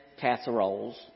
casseroles